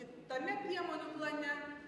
kitame priemonių plane